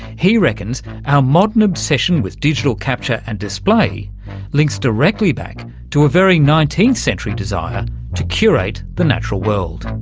he reckons our modern obsession with digital capture and display links directly back to a very nineteenth century desire to curate the natural world.